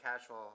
casual